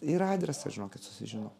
ir adresą žinokit susižino